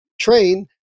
train